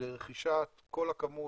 לרכישת כל הכמות,